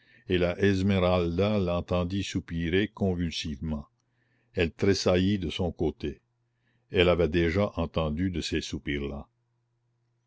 et la esmeralda l'entendit soupirer convulsivement elle tressaillit de son côté elle avait déjà entendu de ces soupirs là